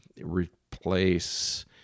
replace